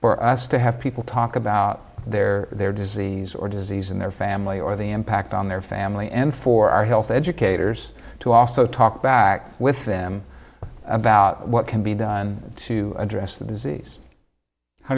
for us to have people talk about their their disease or disease in their family or the impact on their family and for our health educators to also talk back with them about what can be done to address the disease how